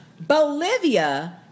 Bolivia